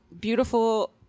beautiful